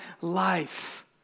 life